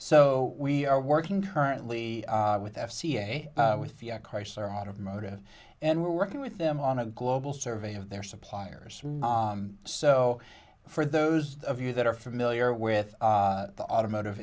so we are working currently with f c a with the chrysler automotive and we're working with them on a global survey of their suppliers so for those of you that are familiar with the automotive